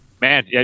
man